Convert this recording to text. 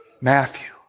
Matthew